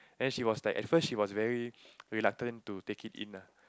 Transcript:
then she was like at first she was very reluctant to take it in ah